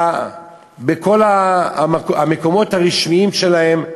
בכל המקומות הרשמיים שלהם,